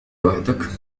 وحدك